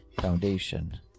foundation